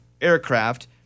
aircraft